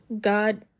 God